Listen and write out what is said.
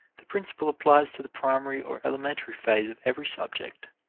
the principle applies to the primary or elementary phase of every subject.